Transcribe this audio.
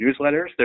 newsletters